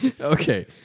Okay